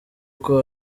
kuko